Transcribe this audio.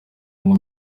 ngo